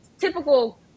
typical